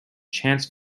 chance